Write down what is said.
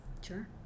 Sure